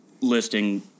listing